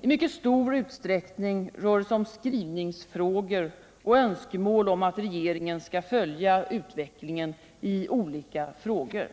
I mycket stor utsträckning rör det sig om skrivningsfrågor och önskemål om att regeringen skall följa utvecklingen i olika frågor.